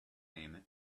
name